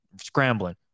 scrambling